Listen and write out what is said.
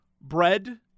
bread